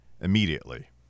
immediately